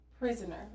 prisoner